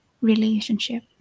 relationship